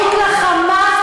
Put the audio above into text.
והחיזוק לחמאס,